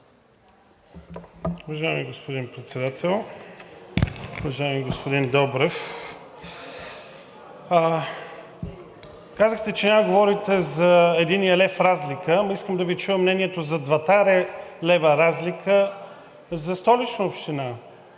Уважаеми господин Председател! Уважаеми господин Добрев, казахте, че няма да говорите за единия лев разлика, ама искам да Ви чуя мнението за двата лева разлика за Столична община